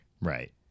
Right